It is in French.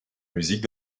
musique